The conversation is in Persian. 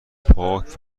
پاک